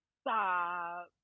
Stop